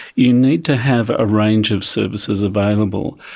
you need to have a range of services available,